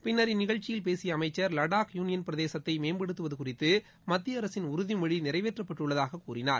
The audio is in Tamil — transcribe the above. பின்னர் இந்நிகழ்ச்சியில் பேசிய அமைச்சர் லடாக் யூளியன் பிரதேசத்தை மேம்படுத்துவது குறித்து மத்திய அரசின் உறுதிமொழி நிறைவேற்றப்பட்டுள்ளதாகக் கூறினார்